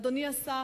אדוני השר,